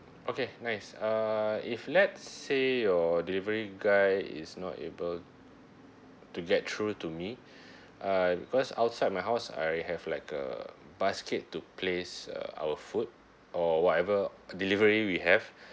okay nice uh if let's say your delivery guy is not able to get through to me uh because outside my house I already have like a basket to place uh our food or whatever delivery we have